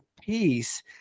peace